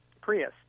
Prius